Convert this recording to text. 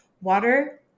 Water